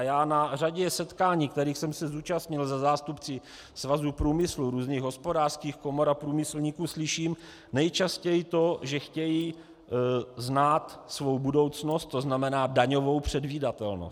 Já na řadě setkání, kterých jsem se zúčastnil se zástupci Svazu průmyslu, různých hospodářských komor a průmyslníků, slyším nejčastěji to, že chtějí znát svou budoucnost, tzn. daňovou předvídatelnost.